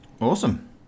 Awesome